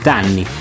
anni